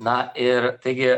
na ir taigi